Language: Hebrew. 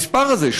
המספר הזה,